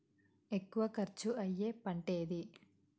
ఎక్కువ ఖర్చు అయ్యే పంటేది?